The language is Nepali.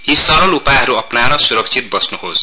यी सरल उपायहरु अपनाएर सुरक्षित बस्नुहोस्